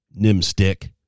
Nimstick